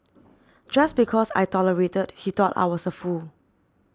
just because I tolerated he thought I was a fool